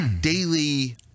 daily